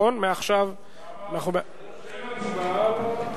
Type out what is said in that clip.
אין הצבעה?